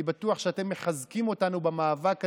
אני בטוח שאתם מחזקים אותנו במאבק הזה,